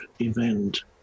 event